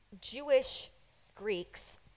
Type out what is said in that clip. Jewish-Greeks